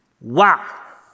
Wow